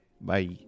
Bye